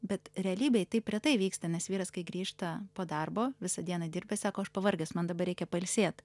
bet realybėj taip retai vyksta nes vyras kai grįžta po darbo visą dieną dirbęs sako aš pavargęs man dabar reikia pailsėt